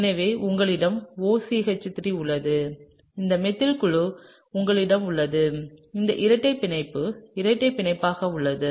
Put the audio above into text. எனவே உங்களிடம் OCH3 உள்ளது இந்த மெத்தில் குழு உங்களிடம் உள்ளது இந்த இரட்டை பிணைப்பு இரட்டை பிணைப்பாக உள்ளது